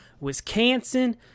Wisconsin